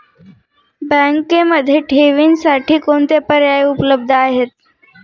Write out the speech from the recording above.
बँकेमध्ये ठेवींसाठी कोणते पर्याय उपलब्ध आहेत?